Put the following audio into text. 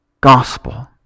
gospel